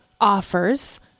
offers